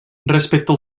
respecte